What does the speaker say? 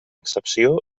excepció